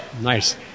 Nice